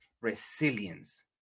resilience